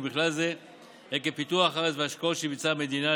ובכלל זה עקב פיתוח הארץ והשקעות שביצעה המדינה,